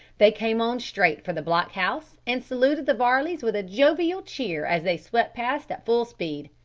they came on straight for the block-house, and saluted the varleys with a jovial cheer as they swept past at full speed.